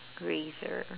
grazer